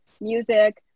music